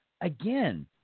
again